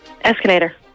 Escalator